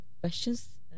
questions